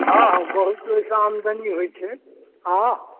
हॅं हॅं बहुत ओहिसँ आमदनी होइ छै हॅं हॅं